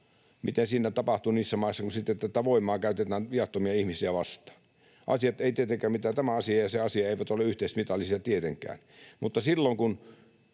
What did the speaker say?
mitä siinä tapahtuu niissä maissa, kun sitten tätä voimaa käytetään viattomia ihmisiä vastaan. Tämä asia ja se asia eivät ole yhteismitallisia tietenkään.